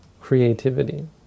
creativity